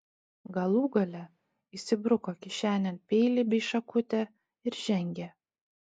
galų gale įsibruko kišenėn peilį bei šakutę ir žengė